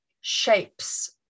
shapes